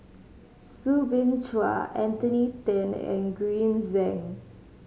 Soo Bin Chua Anthony Then and Green Zeng